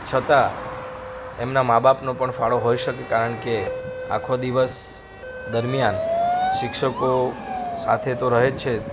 છતાં એમના મા બાપનો પણ ફાળો હોઈ શકે કારણ કે આખો દિવસ દરમિયાન શિક્ષકો સાથે તો રહે જ છે